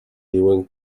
diuen